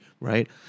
right